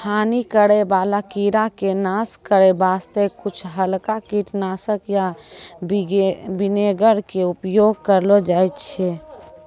हानि करै वाला कीड़ा के नाश करै वास्तॅ कुछ हल्का कीटनाशक या विनेगर के उपयोग करलो जाय छै